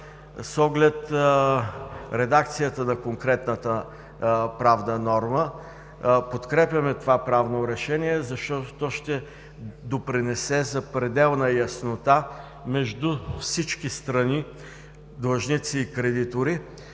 с оглед редакцията на конкретната правна норма. Подкрепяме това правно решение, защото то ще допринесе за пределна яснота между всички страни – длъжници и кредитори,